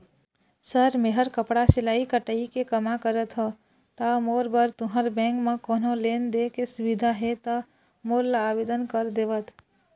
Sir मेहर कपड़ा सिलाई कटाई के कमा करत हों ता मोर बर तुंहर बैंक म कोन्हों लोन दे के सुविधा हे ता मोर ला आवेदन कर देतव?